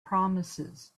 promises